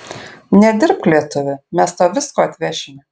nedirbk lietuvi mes tau visko atvešime